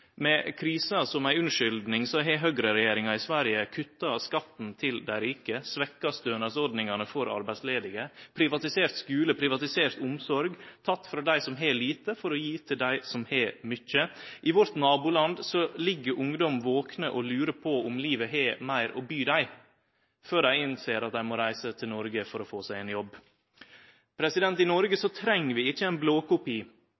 Med krisa som ei unnskyldning har høgreregjeringa i Sverige kutta skatten til dei rike, svekt stønadsordningane for arbeidsledige, privatisert skule og privatisert omsorg – tatt frå dei som har lite for å gje til dei som har mykje. I vårt naboland ligg ungdom vakne og lurer på om livet har meir å by dei, før dei innser at dei må reise til Noreg for å få seg ein jobb. I Noreg treng vi ikkje ein blåkopi